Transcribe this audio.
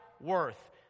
worth